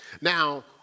Now